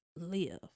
live